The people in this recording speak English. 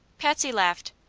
patsy laughed.